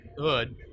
hood